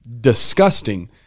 disgusting